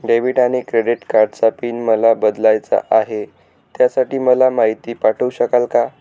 Debit आणि credit कार्डचा PIN मला बदलायचा आहे, त्यासाठी मला माहिती पाठवू शकाल का?